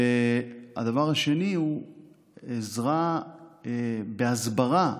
הדבר השני הוא עזרה בהסברה,